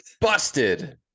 Busted